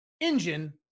engine